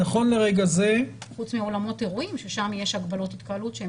חוץ מאולמות אירועים ששם יש הגבלות התקהלות שהם